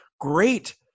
great